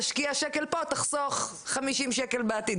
תשקיע שקל פה תחסוך 50 שקל בעתיד,